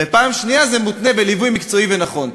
ומצד שני, זה מותנה בליווי מקצועי ונכון.